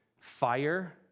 fire